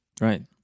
Right